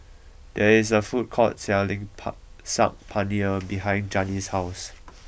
there is a food court selling pah Saag Paneer behind Janis' house